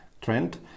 trend